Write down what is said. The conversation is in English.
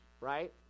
right